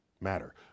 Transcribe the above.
matter